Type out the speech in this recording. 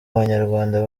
banyarwanda